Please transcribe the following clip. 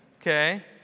Okay